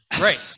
Right